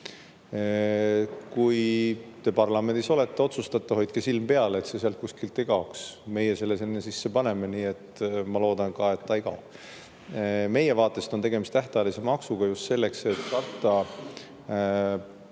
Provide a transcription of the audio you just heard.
Kui te parlamendis olete, otsustate, siis hoidke silm peal, et see sealt kuskilt ei kaoks. Meie selle sinna paneme, nii et ma loodan ka, et ta ei kao. Meie vaatest on tegemist tähtajalise maksuga just selleks, et katta